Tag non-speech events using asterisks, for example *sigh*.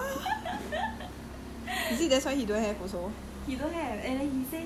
see he die die don't want eh *laughs*